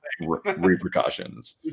repercussions